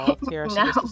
No